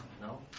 No